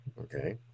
okay